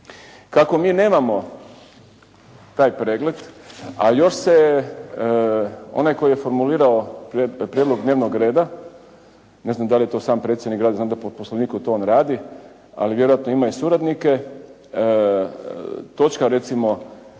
Kako mi nemamo taj pregled, a još se onaj tko je formulirao prijedlog dnevnog reda, ne znam da li je to sam predsjednik radio, znam da po Poslovniku to on radi, ali vjerojatno ima i suradnike. Točka recimo